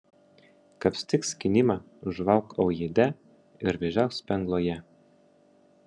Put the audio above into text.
kapstyk skynimą žuvauk aujėde ir vėžiauk spengloje